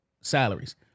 salaries